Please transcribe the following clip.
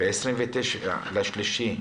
ב-29 במרץ,